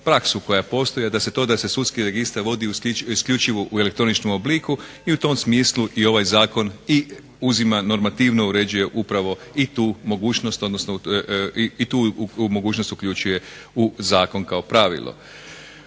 praksu koja postoji, a da se sudski registar vodi isključivo u elektroničkom obliku i u tom smislu i ovaj zakon i uzima, normativno uređuje upravo i tu mogućnost, odnosno i tu mogućnost uključuje u zakon kao pravilo.